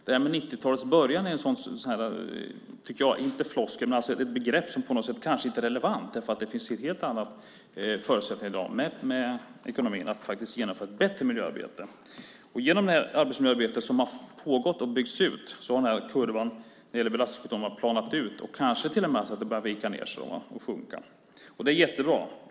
Det här med 90-talets början är om inte en floskel så i alla fall ett begrepp som på något sätt inte är relevant. Det finns helt andra ekonomiska förutsättningar i dag att genomföra ett bättre arbetsmiljöarbete. Genom det arbetsmiljöarbete som har pågått och byggts ut har kurvan för belastningssjukdomar planat ut och kanske till och med börjat sjunka. Det är jättebra.